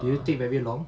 do you take very long